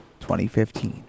2015